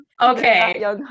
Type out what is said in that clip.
Okay